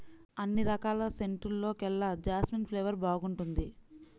అన్ని రకాల సెంటుల్లోకెల్లా జాస్మిన్ ఫ్లేవర్ బాగుంటుంది